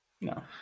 No